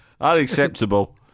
unacceptable